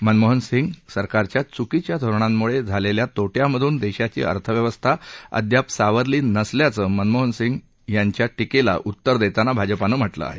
मनमोहन सिंग सरकारच्या चुकीच्या धोरणांमुळे झालेल्या तोट्यामधून देशाची अर्थव्यवस्था अद्याप सावरली नसल्याचं मनमोहन सिंग यांच्या टीकेला उत्तर देताना भाजपानं म्हटलं आहे